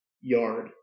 yard